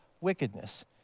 wickedness